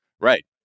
right